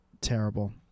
terrible